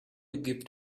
gift